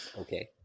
okay